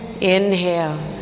Inhale